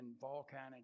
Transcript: volcanic